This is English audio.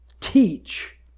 teach